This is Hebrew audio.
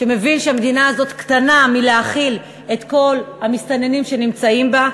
שמבין שהמדינה הזאת קטנה מלהכיל את כל המסתננים שנמצאים בה,